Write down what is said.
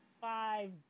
five